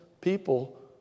people